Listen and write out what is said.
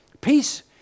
Peace